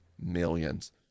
millions